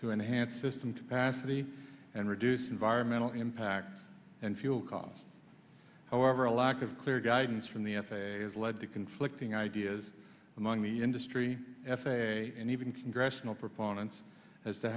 to enhance system to pass city and reduce environmental impact and fuel costs however a lack of clear guidance from the f a a has led to conflicting ideas among the industry f a a and even congressional proponents as to